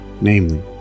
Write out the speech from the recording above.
namely